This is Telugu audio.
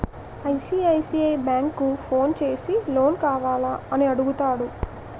ఐ.సి.ఐ.సి.ఐ బ్యాంకు ఫోన్ చేసి లోన్ కావాల అని అడుగుతాడు